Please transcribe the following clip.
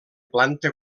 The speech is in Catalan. planta